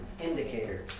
indicator